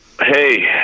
hey